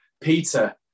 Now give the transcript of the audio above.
Peter